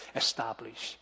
establish